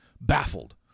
baffled